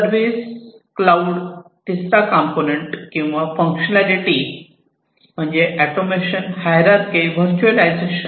service cloud तिसरा component किंवा functionality म्हणजे ऑटोमेशन हिएररचय व्हर्चुएलायझेशन